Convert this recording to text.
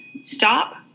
stop